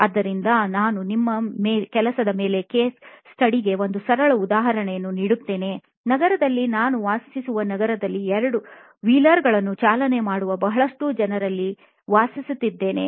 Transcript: ಆದ್ದರಿಂದ ನಾನು ನನ್ನ ಮೇಲೆ ಕೆಲಸ ಮಾಡಿದ ಕೇಸ್ ಸ್ಟಡಿಗೆ ಒಂದು ಸರಳ ಉದಾಹರಣೆಯನ್ನು ನೀಡುತ್ತೇನೆ ನಗರದಲ್ಲಿ ನಾನು ವಾಸಿಸುವ ನಗರದಲ್ಲಿ 2 ವೀಲರ್ಗಳನ್ನು ಚಾಲನೆ ಮಾಡುವ ಬಹಳಷ್ಟು ಜನರಲ್ಲಿ ವಾಸಿಸುತ್ತಿದ್ದೇನೆ